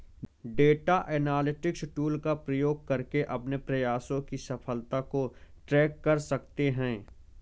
data analytics tool का उपयोग करके अपने प्रयासों की सफलता को ट्रैक कर सकते है